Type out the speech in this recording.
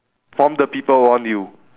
from the people around you